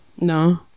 No